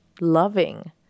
loving